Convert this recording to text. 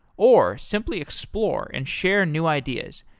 or simply explore and share new ideas.